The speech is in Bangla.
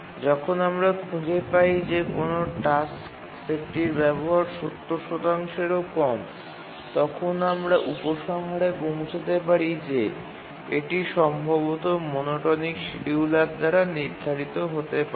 যখন আমরা খুঁজে পাই যে কোনও টাস্ক সেটটির ব্যবহার ৭০ এরও কম তখন আমরা উপসংহারে পৌঁছাতে পারি যে এটি সম্ভবত মনোটনিক শিডিয়ুলার দ্বারা নির্ধারিত হতে পারে